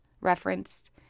referenced